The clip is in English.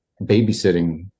babysitting